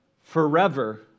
forever